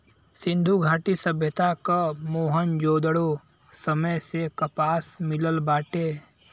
सिंधु घाटी सभ्यता क मोहन जोदड़ो समय से कपास मिलल बाटे